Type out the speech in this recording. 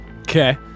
Okay